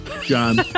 John